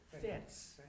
fits